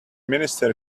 minister